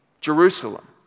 Jerusalem